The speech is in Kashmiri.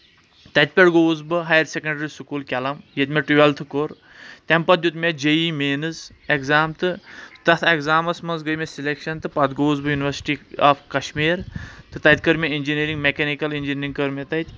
تَتہِ پؠٹھ گوٚوُس بہٕ ہایر سیٚکنٛڈری سکوٗل کیلم ییٚتہِ مےٚ ٹُویلتھٕ کوٚر تمہِ پتہٕ دیُت مےٚ جے ای مینٕز ایٚگزام تہٕ تتھ ایٚگزامس منٛز گٔے مےٚ سِلیٚکشن تہٕ پتہٕ گوٚوُس بہٕ یوٗنیورسٹی آف کشمیٖر تہٕ تَتہِ کٔر مےٚ انجینیرنگ میکینِکل اِنجیٖنرِنٛگ کٔر مےٚ تتہِ